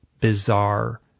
bizarre